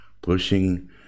pushing